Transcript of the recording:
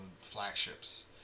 flagships